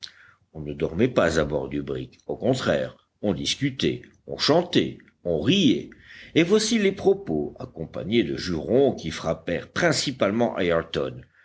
on ne dormait pas à bord du brick au contraire on discutait on chantait on riait et voici les propos accompagnés de jurons qui frappèrent principalement